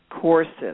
courses